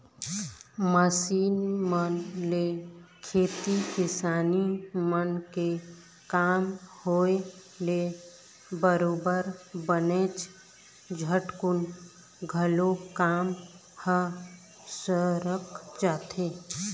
machine मन ले खेती किसानी मन के काम होय ले बरोबर बनेच झटकुन घलोक काम ह सरक जाथे